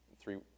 three